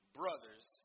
brothers